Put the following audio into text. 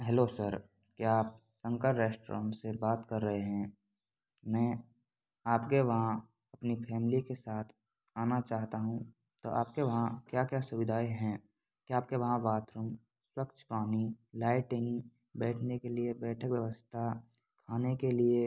hello sir क्या आप Shankar restaurant से बात कर रहे हैं मैं आपके वहाँ अपनी फैमिली के साथ आना चाहता हूँ तो आपके वहाँ क्या क्या सुविधाएँ हैं क्या आपके वहाँ बाथरूम स्वच्छ पानी लाइटिंग बैठने के लिए बैठक व्यवस्था खाने के लिए